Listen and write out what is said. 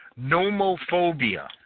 Nomophobia